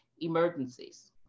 emergencies